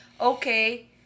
Okay